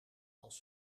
als